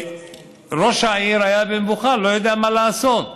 ראש העיר היה במבוכה, לא ידע מה לעשות.